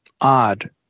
odd